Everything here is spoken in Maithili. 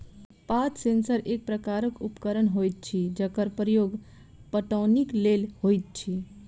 पात सेंसर एक प्रकारक उपकरण होइत अछि जकर प्रयोग पटौनीक लेल होइत अछि